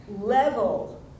level